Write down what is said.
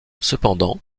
cependant